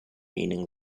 meaning